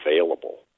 available